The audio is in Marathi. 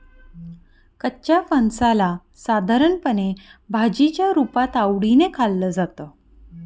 कच्च्या फणसाला साधारणपणे भाजीच्या रुपात आवडीने खाल्लं जातं